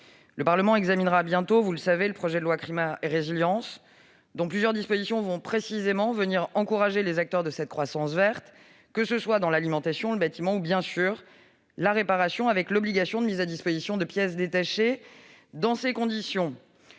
Le Parlement examinera bientôt, vous le savez, le projet de loi « climat et résilience », dont plusieurs dispositions vont précisément venir encourager les acteurs de cette croissance verte, que ce soit dans l'alimentation, le bâtiment ou, bien sûr, la réparation, avec l'obligation de mise à disposition de pièces détachées. Dans ces conditions,